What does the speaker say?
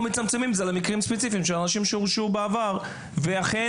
מצמצמים את זה למקרים ספציפיים של אנשים שהורשעו בעבר והאם